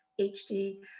HD